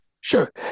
Sure